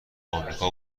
امریکا